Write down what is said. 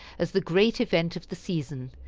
as the great event of the season,